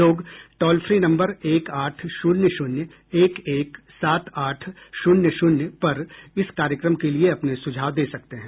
लोग toll free number एक आठ शून्य शून्य एक एक सात आठ शून्य शून्य पर इस कार्यक्रम के लिए अपने सुझाव दे सकते हैं